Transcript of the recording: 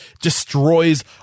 destroys